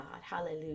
Hallelujah